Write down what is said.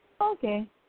Okay